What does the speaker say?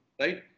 right